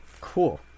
cool